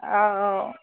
অঁ অঁ